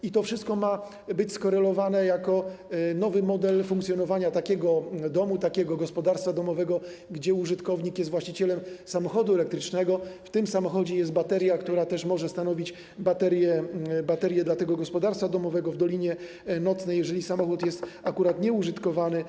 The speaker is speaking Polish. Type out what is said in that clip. I to wszystko ma być skorelowane jako nowy model funkcjonowania takiego domu, takiego gospodarstwa domowego, gdzie użytkownik jest właścicielem samochodu elektrycznego, a w tym samochodzie jest bateria, która może też być baterią dla tego gospodarstwa domowego w dolinie nocnej, jeżeli samochód jest akurat nieużytkowany.